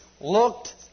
looked